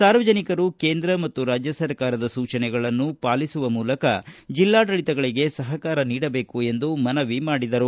ಸಾರ್ವಜನಿಕರು ಕೇಂದ್ರ ಮತ್ತು ರಾಜ್ಯ ಸರ್ಕಾರದ ಸೂಚನೆಗಳನ್ನು ಪಾಲಿಸುವ ಮೂಲಕ ಜಿಲ್ಲಡಳಿತಕ್ಕೆ ಸಹಕಾರ ನೀಡಬೇಕು ಎಂದು ಮನವಿ ಮಾಡಿದರು